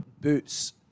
Boots